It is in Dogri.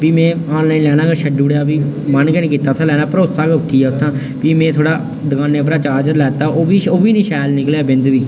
प्ही में ऑनलाइन लैना गै छड्डी ओड़ेआ प्ही मन गै निं कीता उत्थै लैने दा भरोसा गै उट्ठी गेआ उत्थां प्ही में दकानै परा चार्जर लैता ओह् बी ओह् बी निं शैल निकलेआ बिंद बी